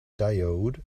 diode